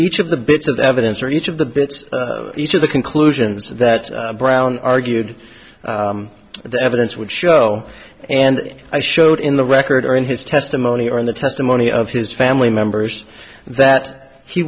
each of the bits of evidence or each of the bits each of the conclusions that brown argued the evidence would show and i showed in the record or in his testimony or in the testimony of his family members that he